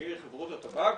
ונציגי חברות הטבק,